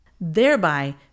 thereby